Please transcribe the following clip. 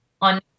on